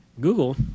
Google